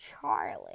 charlie